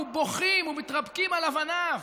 ובוכים ומתרפקים על אבניו,